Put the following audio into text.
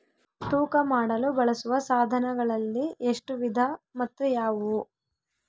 ತೂಕ ಮಾಡಲು ಬಳಸುವ ಸಾಧನಗಳಲ್ಲಿ ಎಷ್ಟು ವಿಧ ಮತ್ತು ಯಾವುವು?